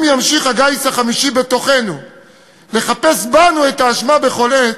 אם ימשיך הגיס החמישי בתוכנו לחפש בנו את האשמה בכל עת,